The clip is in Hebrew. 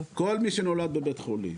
כל מי שנולד בבית חולים